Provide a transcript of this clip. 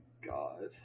god